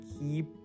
keep